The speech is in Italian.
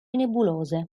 nebulose